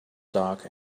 dark